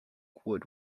wood